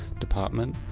department,